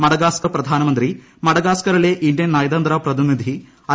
Madagascar പ്രധാനമന്ത്രി മഡഗാസ്കറിലെ Indian നയതന്ത്ര പ്രതിനിധി ഐ